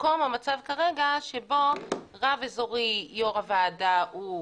במקום המצב כרגע שבו רב אזורי יו"ר הוועדה הוא